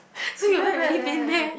so your back really pain meh